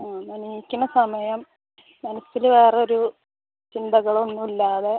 ആ എണീക്കണ സമയം മനസ്സിൽ വേറൊരു ചിന്തകളൊന്നുമില്ലാതെ